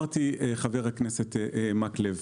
חבר הכנסת מקלב,